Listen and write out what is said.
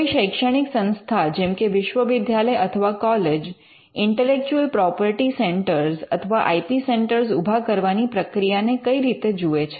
કોઇ શૈક્ષણિક સંસ્થા જેમકે વિશ્વવિદ્યાલય અથવા કોલેજ ઇન્ટેલેક્ચુઅલ પ્રોપર્ટી સેન્ટર અથવા આઇ પી સેન્ટર ઉભા કરવાની પ્રક્રિયાને કઈ રીતે જુએ છે